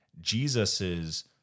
Jesus's